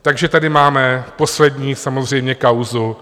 Takže tady máme poslední samozřejmě kauzu.